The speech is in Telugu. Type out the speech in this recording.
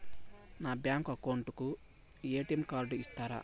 నా బ్యాంకు అకౌంట్ కు ఎ.టి.ఎం కార్డు ఇస్తారా